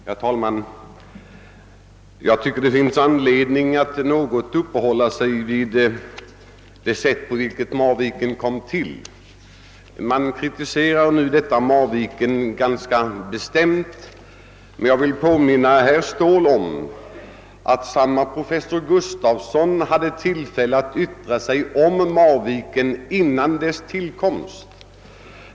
Herr talman! Jag tycker det finns anledning att här något uppehålla sig vid det sätt på vilket Marvikens kraftstation kom till. Marviken kritiseras nu ganska starkt, men jag vill påminna herr Ståbl om att samme professor Gustafson hade tillfälle att yttra sig om marvikenprojektet före dess tillkomst.